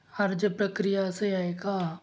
अर्ज प्रक्रिया असे आहे का